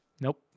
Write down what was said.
Nope